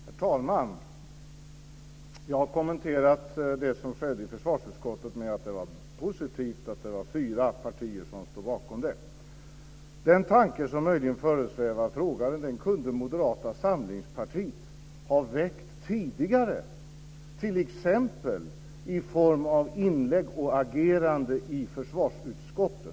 Herr talman! Jag har kommenterat det som skedde i försvarsutskottet med att det var positivt att det var fyra partier som stod bakom. Den tanke som möjligen föresvävar frågaren kunde Moderata samlingspartiet ha väckt tidigare, t.ex. i form av inlägg och agerande i försvarsutskottet.